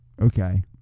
okay